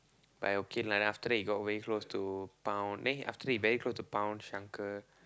but I okay lah then after that he got very close to Pound then after that he very close to Pound Shankar